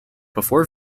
before